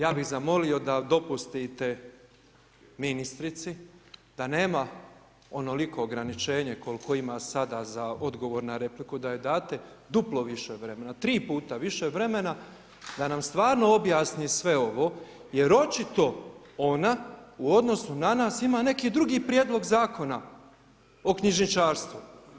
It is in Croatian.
Ja bih zamolio da dopustite ministrici da nema onoliko ograničenje koliko ima sada za odgovor na repliku, da joj date duplo više vremena, tri puta više vremena, da nam stvarno objasni sve ovo jer očito ona u odnosu na nas ima neki drugi prijedlog zakona o knjižničarstvu.